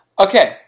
Okay